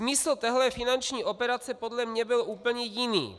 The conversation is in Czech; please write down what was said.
Smysl téhle finanční operace podle mne byl úplně jiný.